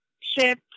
ship